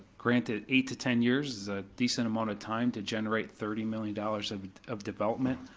granted, eight to ten years is a decent amount of time to generate thirty million dollars of of development,